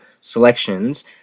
selections